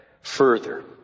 further